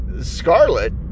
scarlet